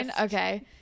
okay